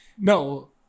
No